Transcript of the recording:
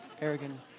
arrogant